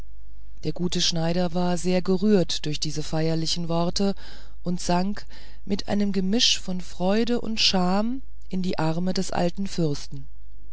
der gute schneider war sehr gerührt durch diese feierlichen worte und sank mit einem gemisch von freude und scham in die arme des alten fürsten